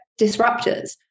disruptors